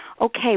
Okay